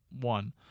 One